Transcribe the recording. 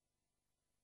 סדר-היום.